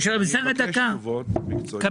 תקבל תשובות.